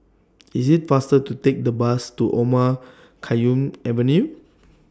IT IS faster to Take The Bus to Omar Khayyam Avenue